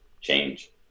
change